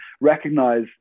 recognize